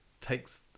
takes